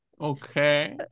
Okay